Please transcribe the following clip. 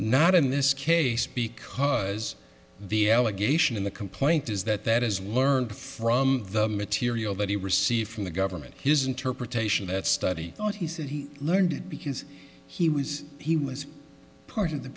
not in this case because the allegation in the complaint is that that is learned from the material that he received from the government his interpretation that study thought he said he learned because he was he was part of the